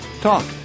talk